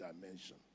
dimension